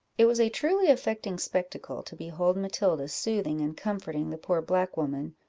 it was a truly affecting spectacle to behold matilda soothing and comforting the poor black woman,